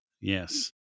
Yes